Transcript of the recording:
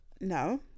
no